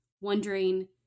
wondering